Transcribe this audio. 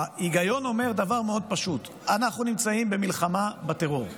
ההיגיון אומר דבר מאוד פשוט: אנחנו נמצאים במלחמה בטרור.